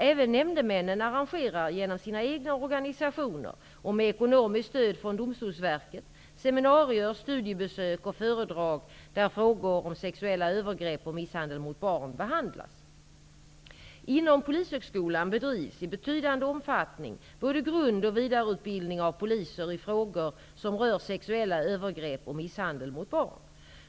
Även nämndemännen arrangerar genom sina egna organisationer och med ekonomiskt stöd från Domstolsverket seminarier, studiebesök och föredrag där frågor om sexuella övergrepp och misshandel mot barn behandlas. Inom Polishögskolan bedrivs i betydande omfattning både grund och vidareutbildning av poliser i frågor som rör sexuella övergrepp och misshandel mot barn.